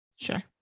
Sure